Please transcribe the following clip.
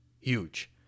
huge